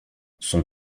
son